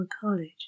college